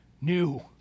new